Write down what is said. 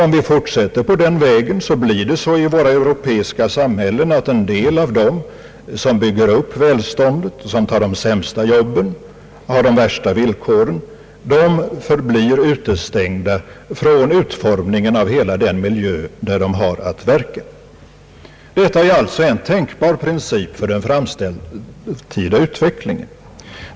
Om vi fortsätter på den vägen, blir det så i våra europeiska samhällen att en del av dem som nu bygger upp välståndet, som tar de sämsta jobben, som har de värsta villkoren, förblir utestängda från utformningen av hela den miljö där de har att verka. Det är alltså en tänkbar princip för den framtida utvecklingen.